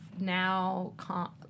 now